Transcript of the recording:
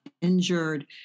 injured